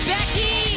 Becky